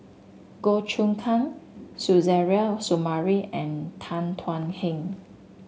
Goh Choon Kang Suzairhe Sumari and Tan Thuan Heng